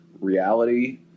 reality